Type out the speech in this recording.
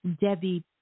Debbie